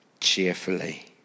cheerfully